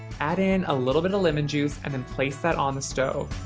add in a little bit of lemon juice and then place that on the stove.